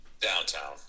Downtown